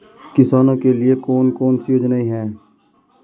किसानों के लिए कौन कौन सी योजनाएं हैं?